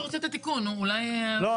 לא,